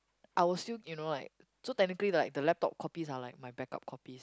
I will still you know like so technically like the laptop copies are like my back up copies